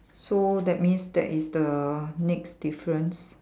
so that means that is the next difference